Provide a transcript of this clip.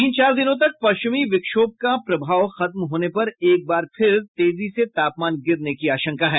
तीन चार दिनों बाद पश्चिम विक्षोभ का प्रभाव खत्म होने पर एकबार फिर तेजी से तापमान गिरने की आशंका है